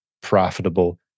profitable